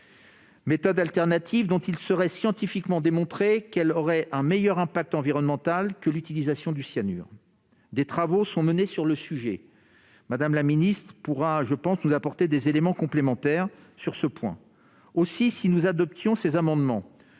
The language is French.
des expérimentations -dont il serait scientifiquement démontré qu'elle a un meilleur impact environnemental que l'utilisation du cyanure. Des travaux sont menés sur le sujet- Mme la ministre pourra sans doute nous apporter des éléments complémentaires sur ce point -, mais, si nous adoptions ces amendements,